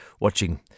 watching